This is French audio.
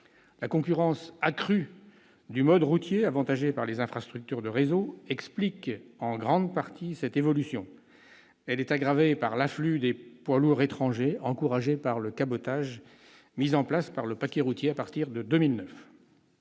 La concurrence accrue du mode routier, avantagé par les infrastructures de réseau, explique en grande partie cette évolution. Elle est aggravée par l'afflux de poids lourds étrangers, encouragé par le cabotage mis en place par le « paquet routier » à partir de 2009.